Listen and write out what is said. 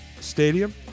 Stadium